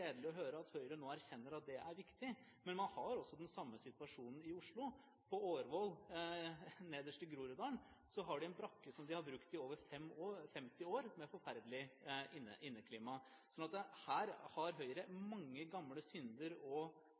gledelig å høre at Høyre nå erkjenner at det er viktig, men man har også den samme situasjonen i Oslo. På Årvoll nederst i Groruddalen har de en brakke som de har brukt i over 50 år, med forferdelig inneklima. Her har Høyre mange gamle synder å ta tak i. For en gangs skyld kan man gå litt i seg selv og